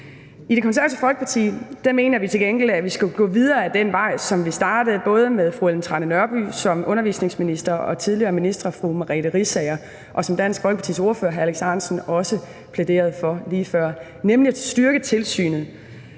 I Det Konservative Folkeparti mener vi til gengæld, at vi skal gå videre ad den vej, som vi startede både med fru Ellen Trane Nørby som undervisningsminister og tidligere minister fru Merete Riisager, og som Dansk Folkepartis ordfører, hr. Alex Ahrendtsen, også plæderede for lige før, nemlig at styrke tilsynet,